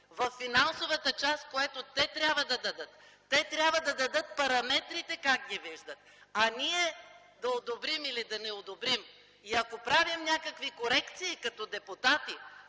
във финансовата част, която те трябва да дадат, те трябва да дадат как виждат параметрите, а ние да одобрим или да не одобрим. И ако правим някакви корекции като депутати,